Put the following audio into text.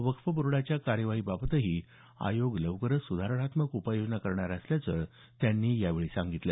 वक्फ बोर्डच्या कार्यवाहीबाबतही आयोग लवकरच सुधारणात्मक उपाययोजना करणार असल्याचं त्यांनी यावेळी सांगितलं